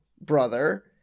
brother